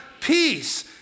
peace